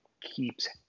keeps